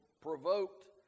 provoked